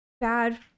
bad